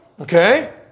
Okay